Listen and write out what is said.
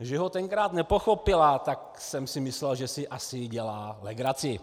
že ho tenkrát nepochopila, tak jsem si myslel, že si asi dělá legraci.